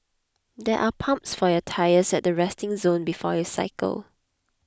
there are pumps for your tyres at the resting zone before you cycle